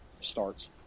starts